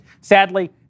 Sadly